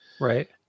Right